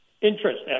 interest